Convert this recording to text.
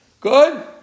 Good